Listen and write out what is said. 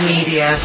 Media